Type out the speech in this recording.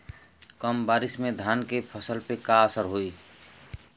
कम बारिश में धान के फसल पे का असर होई?